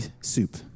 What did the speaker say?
soup